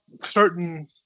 certain